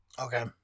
Okay